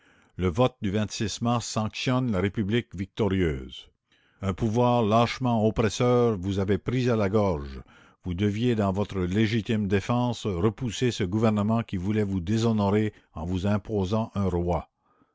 le vote du mars sanctionne la république victorieuse la commune un pouvoir lâchement oppresseur vous avait pris à la gorge vous deviez dans votre légitime défense repousser ce gouvernement qui voulait vous déshonorer en vous imposant un roi